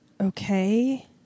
Okay